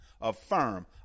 Affirm